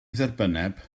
dderbynneb